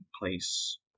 place